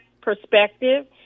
perspective